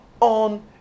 on